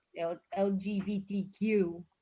LGBTQ